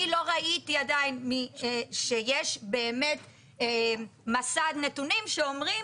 אני לא ראיתי עדיין שיש באמת מסד נתונים שאומרים